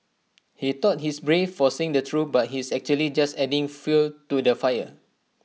he thought he's brave for saying the truth but he's actually just adding fuel to the fire